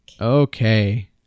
Okay